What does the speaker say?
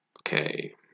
Okay